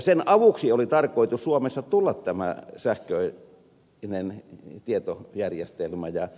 sen avuksi oli tarkoitus suomessa tulla tämä sähköinen tietojärjestelmä ja it palvelut